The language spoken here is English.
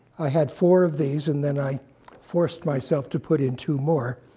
i had four of these, and then i forced myself to put in two more.